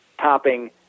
Topping